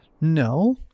No